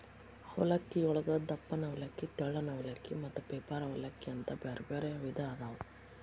ಅವಲಕ್ಕಿಯೊಳಗ ದಪ್ಪನ ಅವಲಕ್ಕಿ, ತೆಳ್ಳನ ಅವಲಕ್ಕಿ, ಮತ್ತ ಪೇಪರ್ ಅವಲಲಕ್ಕಿ ಅಂತ ಬ್ಯಾರ್ಬ್ಯಾರೇ ವಿಧ ಅದಾವು